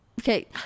okay